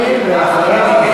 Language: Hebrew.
ואחריו,